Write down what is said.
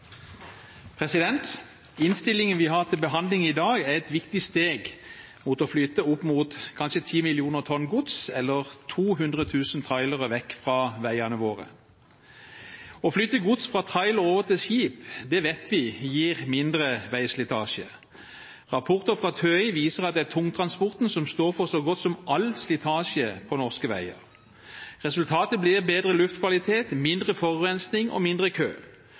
Innstillingen vi har til behandling i dag, er et viktig steg mot å flytte opp mot kanskje 10 millioner tonn gods eller 200 000 trailere vekk fra veiene våre. Å flytte gods fra trailer over til skip vet vi gir mindre veislitasje. Rapporter fra TØI viser at det er tungtransporten som står for så godt som all slitasje på norske veier. Resultatet blir bedre luftkvalitet, mindre forurensning og mindre kø.